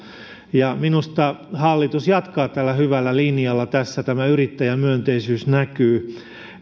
minusta hallitus jatkaa tällä hyvällä linjalla tässä tämä yrittäjämyönteisyys näkyy